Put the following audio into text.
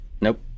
Nope